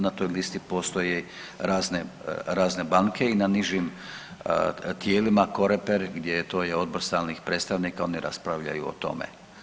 Na toj listi postoje razne banke i na nižim tijelima Coreper, gdje to je odbor stalnih predstavnika, oni raspravljaju o tome.